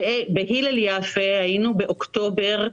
בהילל יפה היינו באוקטובר,